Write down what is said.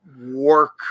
work